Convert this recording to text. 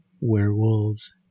Werewolves